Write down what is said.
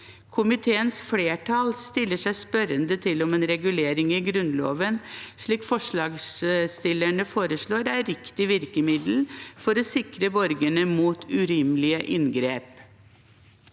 komiteens flertall stiller seg spørrende til om en regulering i Grunnloven, slik forslagsstillerne foreslår, er riktig virkemiddel for å sikre borgerne mot urimelige inngrep.